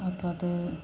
അപ്പോള് അത്